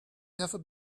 never